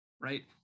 Right